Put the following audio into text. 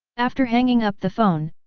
after hanging up the phone,